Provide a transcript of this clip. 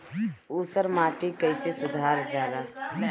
ऊसर माटी कईसे सुधार जाला?